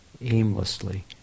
aimlessly